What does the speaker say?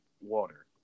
water